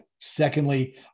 Secondly